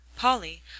Polly